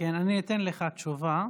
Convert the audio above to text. כן, אני אתן לך תשובה.